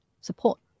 support